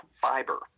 fiber